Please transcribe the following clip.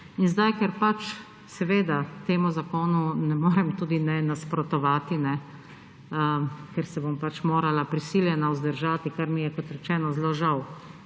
Ker pač seveda temu zakonu ne morem tudi nenasprotovati, ker se bom pač morala prisiljena vzdržati, kar mi je, kot rečeno, zelo žal.